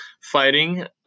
fighting